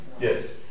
Yes